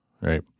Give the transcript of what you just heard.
right